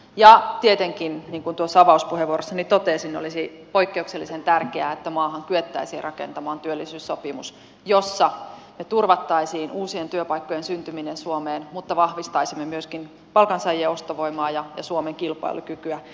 ja tietenkin niin kuin tuossa avauspuheenvuorossani totesin olisi poikkeuksellisen tärkeää että maahan kyettäisiin rakentamaan työllisyyssopimus jossa me turvaisimme uusien työpaikkojen syntymisen suomeen mutta vahvistaisimme myöskin palkansaajien ostovoimaa ja suomen kilpailukykyä